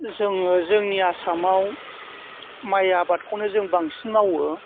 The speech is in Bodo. जोङो जोंनि आसामाव माइ आबादखौनो जोंं बांसिन मावो